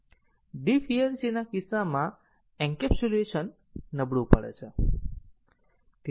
deep hierarchy ના કિસ્સામાં encapsulation નબળું પડે છે